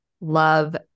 love